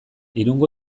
irungo